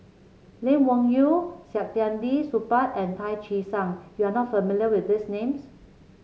Lee Wung Yew Saktiandi Supaat and Tan Che Sang you are not familiar with these names